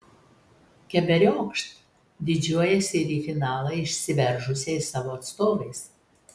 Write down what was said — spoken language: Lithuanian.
keberiokšt didžiuojasi ir į finalą išsiveržusiais savo atstovais